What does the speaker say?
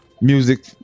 music